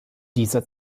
dieser